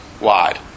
wide